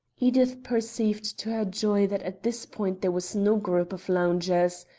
edith perceived to her joy that at this point there was no group of loungers.